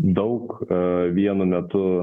daug vienu metu